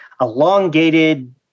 elongated